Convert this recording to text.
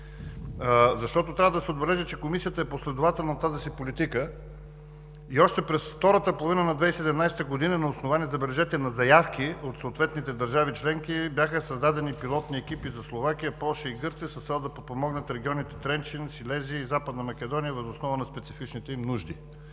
защото трябва да се отбележи, че Комисията е последователна в тази си политика и още през втората половина на 2017 г. на основание, забележете, на заявки от съответните държави членки бяха създадени пилотни екипи за Словакия, Полша и Гърция с цел да подпомогнат регионите Тренчин, Силезия и Западна Македония въз основа на специфичните им нужди.